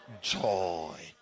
joy